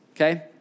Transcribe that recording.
okay